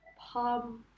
Palm